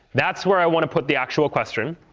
that's where i want to put the actual question.